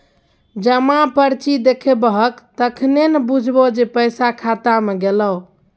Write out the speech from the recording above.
जमा पर्ची देखेबहक तखने न बुझबौ जे पैसा खाता मे गेलौ